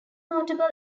notable